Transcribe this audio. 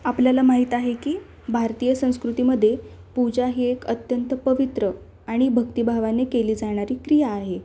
आपल्याला माहीत आहे की भारतीय संस्कृतीमध्ये पूजा ही एक अत्यंत पवित्र आणि भक्तिभावाने केली जाणारी क्रिया आहे